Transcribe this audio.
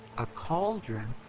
a cauldron?